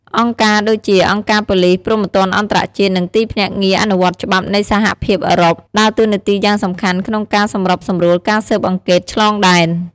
អង្គការដូចជា អង្គការប៉ូលិសព្រហ្មទណ្ឌអន្តរជាតិ និងទីភ្នាក់ងារអនុវត្តច្បាប់នៃសហភាពអឺរ៉ុប ដើរតួនាទីយ៉ាងសំខាន់ក្នុងការសម្របសម្រួលការស៊ើបអង្កេតឆ្លងដែន។